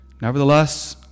nevertheless